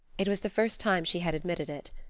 it was the first time she had admitted it,